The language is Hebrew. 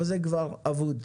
אבל זה כבר אבוד.